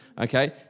okay